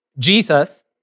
Jesus